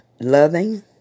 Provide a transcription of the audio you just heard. loving